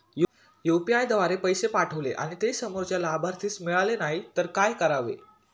UPI द्वारे पैसे पाठवले आणि ते समोरच्या लाभार्थीस मिळाले नाही तर काय करावे?